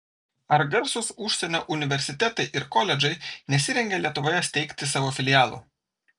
ar garsūs užsienio universitetai ir koledžai nesirengia lietuvoje steigti savo filialų